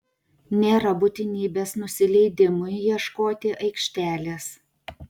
nėra būtinybės nusileidimui ieškoti aikštelės